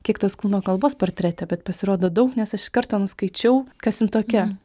kiek tos kūno kalbos portrete bet pasirodo daug nes aš iš karto nuskaičiau kas jin tokia